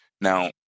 Now